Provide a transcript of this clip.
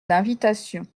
d’invitation